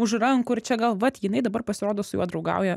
už rankų ir čia gal vat jinai dabar pasirodo su juo draugauja